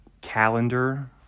calendar